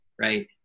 right